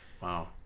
Wow